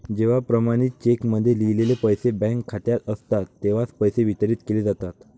जेव्हा प्रमाणित चेकमध्ये लिहिलेले पैसे बँक खात्यात असतात तेव्हाच पैसे वितरित केले जातात